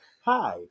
Hi